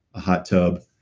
a hot tub,